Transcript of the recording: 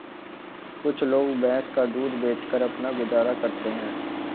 कुछ लोग भैंस का दूध बेचकर अपना गुजारा करते हैं